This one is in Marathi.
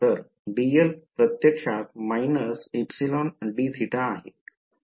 तर dl प्रत्यक्षात −εdθ आहे